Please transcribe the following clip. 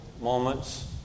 moments